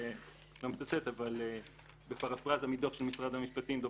וזאת פרפרזה מדוח החקיקה של משרד המשפטים.